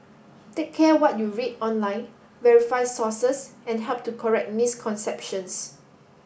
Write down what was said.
take care what you read online verify sources and help to correct misconceptions